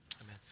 Amen